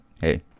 hey